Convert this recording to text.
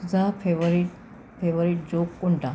तुझा favourite favourite joke कोणता